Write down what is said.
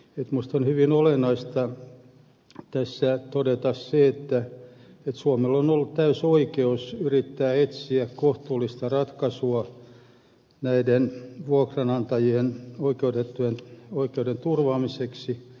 minusta on hyvin olennaista todeta se että suomella on ollut täysi oikeus yrittää etsiä kohtuullista ratkaisua näiden vuokranantajien oikeuden turvaamiseksi